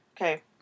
Okay